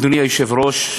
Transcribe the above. אדוני היושב-ראש,